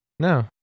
No